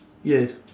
yes